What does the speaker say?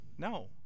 No